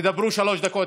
תדברו שלוש דקות,